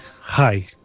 hi